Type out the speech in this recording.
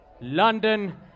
London